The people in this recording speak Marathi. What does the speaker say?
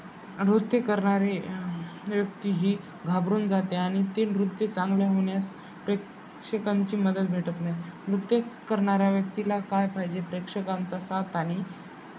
नृत्य करणारे व्यक्ती ही घाबरून जाते आणि ते नृत्य चांगल्या होण्यास प्रेक्षकांची मदत भेटत नाही नृत्य करणाऱ्या व्यक्तीला काय पाहिजे प्रेक्षकांचा साथ आणि